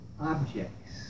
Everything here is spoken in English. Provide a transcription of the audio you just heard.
objects